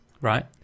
right